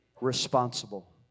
responsible